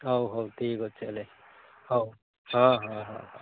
ହଉ ହଉ ଠିକ ଅଛି ହେଲେ ହଉ ହଁ ହଁ ହଁ